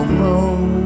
moon